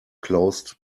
closed